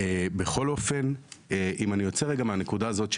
בכל אופן אם אני יוצא רגע מהנקודה הזאת,